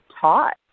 taught